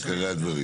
את עיקרי הדברים,